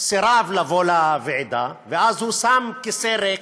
סירב לבוא לוועידה, ואז הוא שם כיסא ריק,